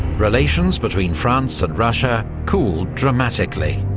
relations between france and russia cooled dramatically.